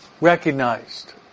recognized